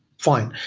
fine.